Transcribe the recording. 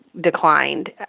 declined